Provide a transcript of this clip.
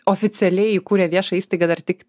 oficialiai įkūrę viešąją įstaigą dar tik